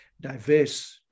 diverse